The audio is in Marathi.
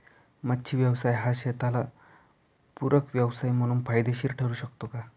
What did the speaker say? मच्छी व्यवसाय हा शेताला पूरक व्यवसाय म्हणून फायदेशीर ठरु शकतो का?